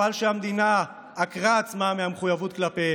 על אף שהמדינה עקרה את עצמה ממחויבות כלפיהם.